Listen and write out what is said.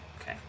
Okay